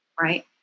right